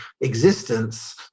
existence